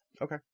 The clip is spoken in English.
Okay